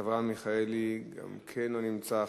חבר הכנסת אברהם מיכאלי גם כן לא נמצא,